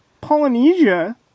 Polynesia